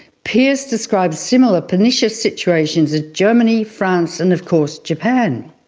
pearce describes similar pernicious situations in germany, france and of course japan.